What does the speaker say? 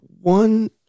one